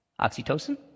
Oxytocin